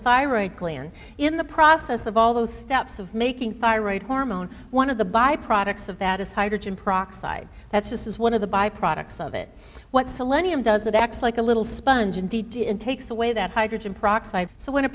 thyroid gland in the process of all those steps of making fire right hormone one of the by products of that is hydrogen peroxide that's just as one of the by products of it what celeb does it acts like a little sponge and d d and takes away that hydrogen peroxide so when a